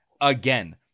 again